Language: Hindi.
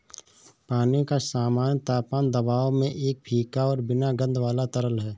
पानी का सामान्य तापमान दबाव में एक फीका और बिना गंध वाला तरल है